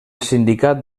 sindicat